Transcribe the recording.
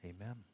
Amen